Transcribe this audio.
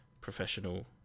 professional